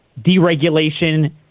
deregulation